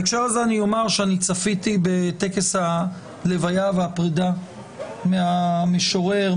אני צפיתי בטקס הלוויה והפרידה מהמשורר,